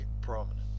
prominent